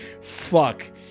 fuck